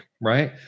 right